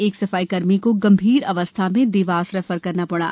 एक सफाईकर्मी को गंभीर अवस्था में देवास रेफर करना पड़ा